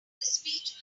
speech